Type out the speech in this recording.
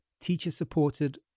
teacher-supported